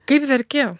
kaip verki